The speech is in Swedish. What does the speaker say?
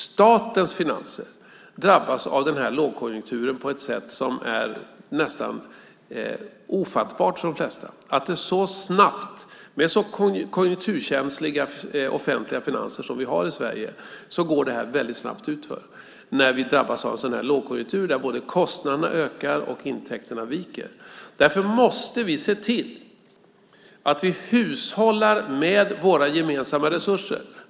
Statens finanser drabbas av lågkonjunkturen på ett sätt som är nästan ofattbart för de flesta. Med så konjunkturkänsliga offentliga finanser som vi har i Sverige går det snabbt utför när vi drabbas av lågkonjunkturer där både kostnaderna ökar och intäkterna viker. Därför måste vi se till att vi hushållar med våra gemensamma resurser.